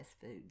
foods